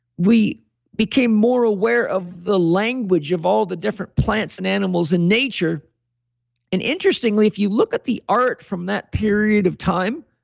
we became more aware of the language of all the different plants and animals in nature interestingly, if you look at the art from that period of time,